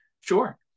sure